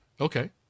Okay